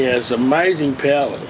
has amazing powers.